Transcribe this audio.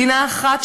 מדינה אחת,